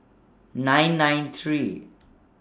nine nine three